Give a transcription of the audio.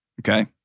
Okay